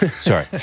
Sorry